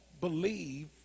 believe